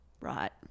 Right